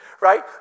right